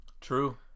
True